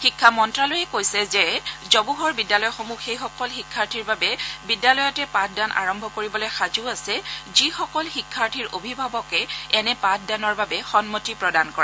শিক্ষা মন্ত্যালয়ে কৈছে যে জৱাহৰ বিদ্যালয়সমূহ সেইসকল শিক্ষাৰ্থীৰ বাবে বিদ্যালয়তে পাঠদান আৰম্ভ কৰিবলৈ সাজু আছে যিসকল শিক্ষাৰ্থীৰ অভিভাৱকে এনে পাঠদানৰ বাবে সম্মতি প্ৰদান কৰে